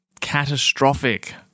catastrophic